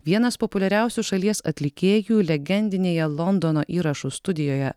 vienas populiariausių šalies atlikėjų legendinėje londono įrašų studijoje